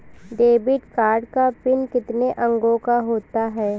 Debit card का PIN कितने अंकों का होता है?